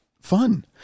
fun